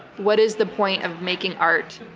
what is the point of making art?